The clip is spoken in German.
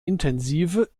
intensive